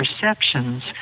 perceptions